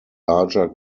larger